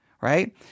Right